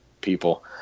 people